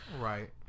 Right